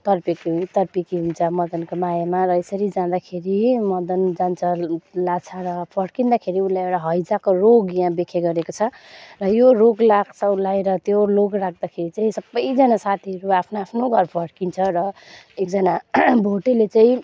तड्पिएको तड्पिएको हुन्छ मदनको मायामा र यसरी जाँदाखेरि मदन जान्छ लासा र फर्किँदाखेरि उसलाई एउटा हैजाको रोग यहाँ व्याख्या गरिएको छ र यो रोग लाग्छ उसलाई र त्यो रोग लाग्दाखेरि चाहिँ सबैजना साथीहरू आफ्नो आफ्नो घर फर्किन्छ र एकजना भोटेले चाहिँ